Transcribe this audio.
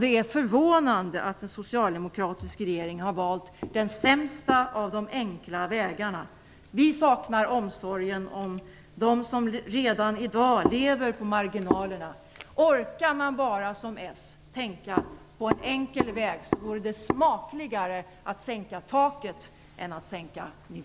Det är förvånande att en socialdemokratisk regering har valt den sämsta av de enkla vägarna. Vi saknar omsorgen om de som redan i dag lever på marginalen. Orkar man, som s, bara tänka på en enkel väg, så vore det smakligare att sänka taket än att sänka nivåerna.